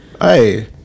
Hey